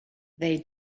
they